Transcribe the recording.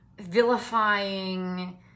vilifying